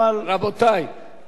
אדוני סגן שר האוצר,